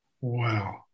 Wow